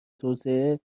توسعه